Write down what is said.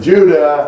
Judah